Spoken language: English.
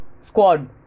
squad